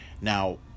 Now